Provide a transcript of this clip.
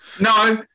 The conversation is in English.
No